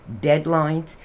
deadlines